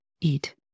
eat